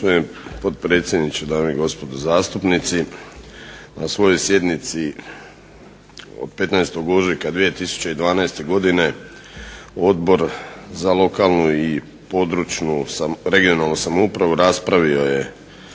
potpredsjedniče, dame i gospodo zastupnici. Na svojoj sjednici održanoj 15. ožujka 2012. godine Odbor za lokalnu i područnu (regionalnu) samoupravu raspravio je